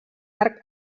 arc